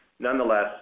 Nonetheless